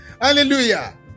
Hallelujah